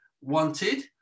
wanted